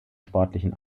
sportlichen